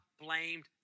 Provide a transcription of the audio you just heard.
blamed